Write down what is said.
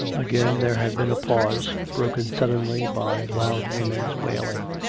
again there had been a pause, broken suddenly by loud women's wailing.